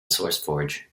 sourceforge